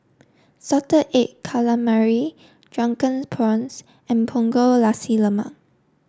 salted egg calamari drunken prawns and Punggol Nasi Lemak